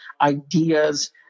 ideas